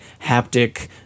haptic